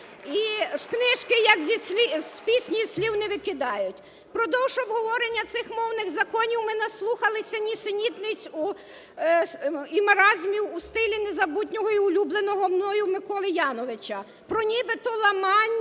І з книжки, як і з пісні, слів не викидають. Впродовж обговорення цих мовних законів ми наслухалися нісенітниць і маразмів у стилі незабутнього і улюбленого мною Миколи Яновича про нібито ламання